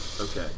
okay